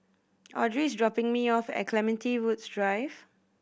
Audry is dropping me off at Clementi Woods Drive